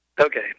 Okay